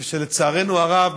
לצערנו הרב,